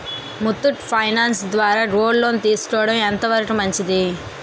Muthoot finance ద్వారా gold loan తీసుకోవడం ఎంత వరకు మంచిది?